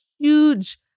huge